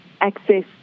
access